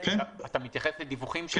דבר ראשון, אנחנו בשיח עם החשכ"ל בנושא הזה.